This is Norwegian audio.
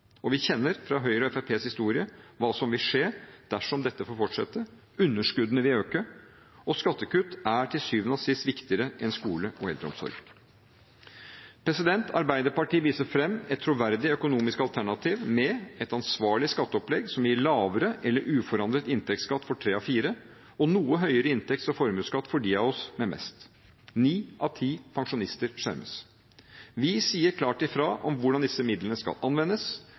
Vi kjenner fra Høyre og Fremskrittspartiets historie hva som vil skje dersom dette får fortsette: Underskuddene vil øke, og skattekutt er til syvende og sist viktigere enn skole og eldreomsorg. Arbeiderpartiet viser fram et troverdig økonomisk alternativ med et ansvarlig skatteopplegg som gir lavere eller uforandret inntektsskatt for tre av fire og en noe høyere inntekts- og formuesskatt for dem av oss med mest. Ni av ti pensjonister skjermes. Vi sier klart ifra om hvordan disse midlene skal anvendes